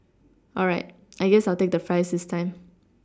all right I guess I'll take the Fries this time